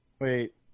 Wait